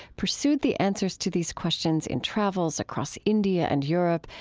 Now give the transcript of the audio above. pursued the answers to these questions in travels across india and europe,